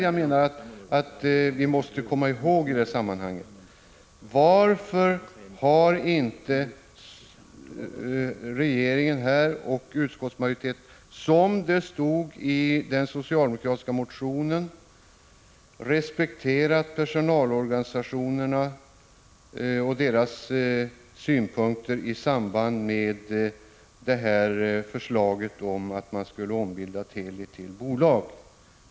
Jag menar att detta måste vi komma ihåg i det här sammanhanget: Varför har inte regeringen och utskottsmajoriteten, som det stod i den socialdemokratiska motionen, respekterat personalorganisationernas synpunkter i samband med förslaget att ombilda Teli till bolag?